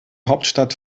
hauptstadt